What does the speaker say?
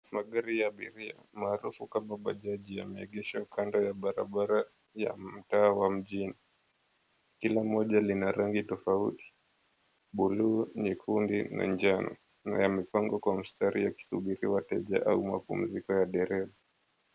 Magari ya abiria, maarufu kama bajaji, yameegeshwa kando ya barabara ya mtaa wa mjini. Kila moja lina rangi tofauti, buluu, nyekundu na njano, na yamepangwa kwa mstari yakisubiri wateja au mapumziko ya dereva.